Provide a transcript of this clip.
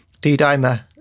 D-dimer